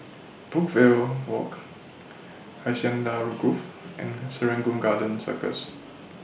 Brookvale Walk Hacienda Grove and Serangoon Garden Circus